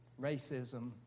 Racism